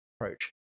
approach